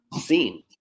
seen